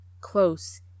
close